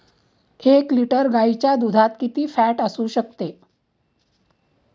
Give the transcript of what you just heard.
एक लिटर गाईच्या दुधात किती फॅट असू शकते?